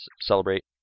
Celebrate